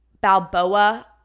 Balboa